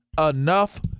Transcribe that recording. enough